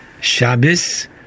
Shabbos